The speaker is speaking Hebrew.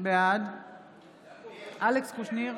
בעד אלכס קושניר,